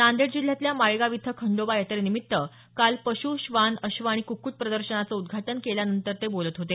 नांदेड जिल्ह्यातल्या माळेगाव इथं खंडोबा यात्रेनिमित्त काल पशु श्वान अश्व आणि कुक्कुट प्रदर्शनाचं उद्घाटन केल्यानंतर ते बोलत होते